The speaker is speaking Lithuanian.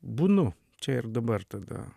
būnu čia ir dabar tada